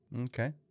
okay